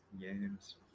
Games